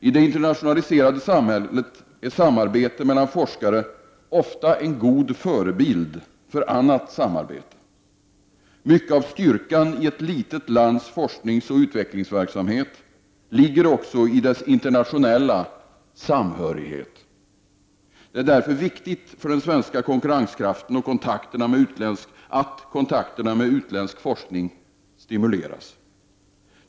I det internationaliserade samhället är samarbete mellan forskare ofta en god förebild för annat samarbete. Mycket av styrkan i ett litet lands forskningsoch utvecklingsverksamhet ligger också i dess internationella samhörighet. Det är därför viktigt för den svenska konkurrenskraften att kontakterna med utländsk forskning stimuleras.